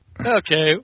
Okay